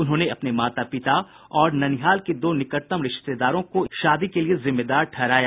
उन्होंने अपने माता पिता और ननिहाल के दो निकटतम रिश्तेदारों को इस शादी के लिए जिम्मेदार ठहराया